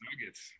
Nuggets